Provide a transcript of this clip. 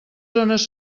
zones